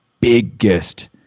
biggest